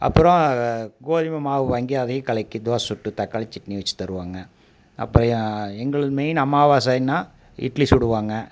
அப்பறம் கோதுமை மாவு வாங்கி அதையும் கலக்கி தோசை சுட்டு தக்காளி சட்னி வெச்சு தருவாங்க அப்பறம் எங்களுக்கு மெய்ன் அமாவாசைன்னா இட்லி சுடுவாங்க